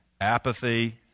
apathy